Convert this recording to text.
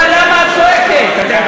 אבל למה את צועקת?